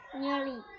nearly